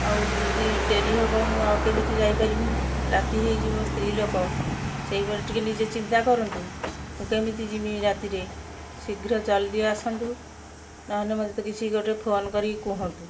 ଆଉ ଯଦି ଡେରି ହବ ମୁଁ ଆଉ କେମିତ ଯାଇ ପାରିମି ରାତି ହେଇଯିବ ସ୍ତ୍ରୀ ଲୋକ ସେଇପରି ଟିକେ ନିଜେ ଚିନ୍ତା କରନ୍ତୁ ମୁଁ କେମିତି ଜିମି ରାତିରେ ଶୀଘ୍ର ଜଳଦି ଆସନ୍ତୁ ନହେନେ ମୋତେ ତ କିଛି ଗୋଟେ ଫୋନ କରିକି କୁହନ୍ତୁ